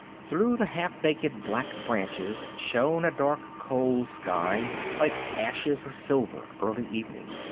through the half-naked black branches shone a dark cold sky, like ashes of silver, early evening.